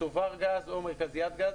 צובר גז או מרכזיית גז